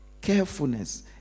carefulness